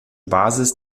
basis